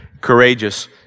courageous